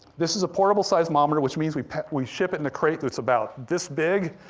this is a portable seismometer, which means we we ship it in a crate that's about this big,